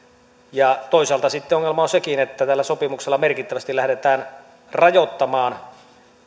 ja toisaalta sitten ongelma on sekin että tällä sopimuksella merkittävästi lähdetään rajoittamaan